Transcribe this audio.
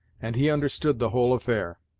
and he understood the whole affair.